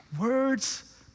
words